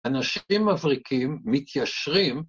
‫אנשים מבריקים מתיישרים.